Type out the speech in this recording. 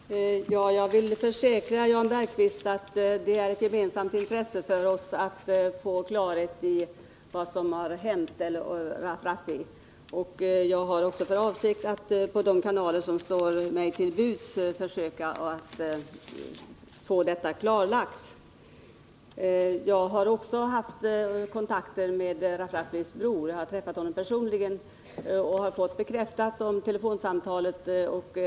Fru talman! Jag vill försäkra Jan Bergqvist att det är ett gemensamt intresse för oss att få klarhet i vad som har hänt Mohamed Rafrafi. Det är också min avsikt att via de kanaler som står mig till buds försöka få detta klarlagt. Jag har också haft kontakter med Rafrafis bror. Jag har träffat honom personligen och fått telefonsamtalet bekräftat.